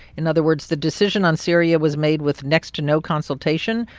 in other words, the decision on syria was made with next to no consultation.